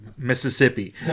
Mississippi